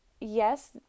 yes